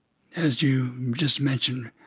as you just mentioned,